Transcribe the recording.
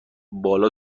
بالا